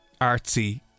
artsy